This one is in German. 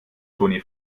toni